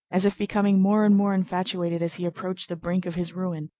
as if becoming more and more infatuated as he approached the brink of his ruin,